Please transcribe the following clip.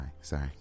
Sorry